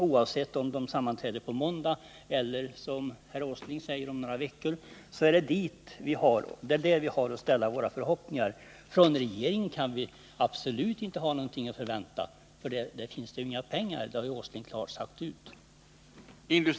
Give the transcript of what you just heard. Oavsett om den sammanträder på måndag eller, som herr Åsling säger, om några veckor, är det till den vi har att ställa våra förhoppningar. Från regeringen kan vi absolut inte ha någonting att förvänta. Där finns det inga pengar, det har herr Åsling klart sagt ut.